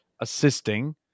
assisting